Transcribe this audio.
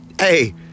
Hey